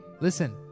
listen